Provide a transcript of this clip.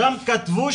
שם כתבו